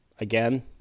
again